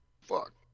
fuck